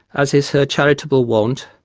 as is her charitable wont,